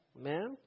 Amen